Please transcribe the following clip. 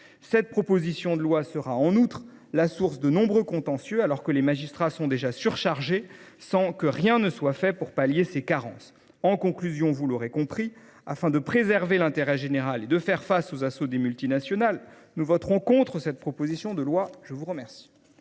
cette proposition de loi sera source de nombreux contentieux, alors que les magistrats sont déjà surchargés et que rien n’est fait pour pallier cette carence. Mes chers collègues, afin de préserver l’intérêt général et de faire face aux assauts des multinationales, nous voterons contre cette proposition de loi. On s’en